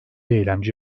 eylemci